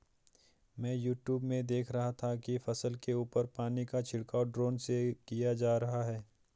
मैं यूट्यूब में देख रहा था कि फसल के ऊपर पानी का छिड़काव ड्रोन से किया जा रहा है